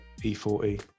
E40